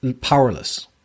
Powerless